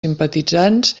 simpatitzants